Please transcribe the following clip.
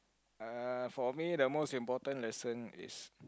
ah for me the most important lesson is